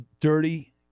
dirty